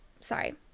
sorry